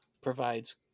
provides